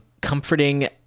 comforting